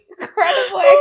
incredible